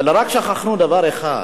אבל רק שכחנו דבר אחד,